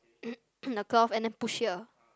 the cloth and then push here